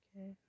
Okay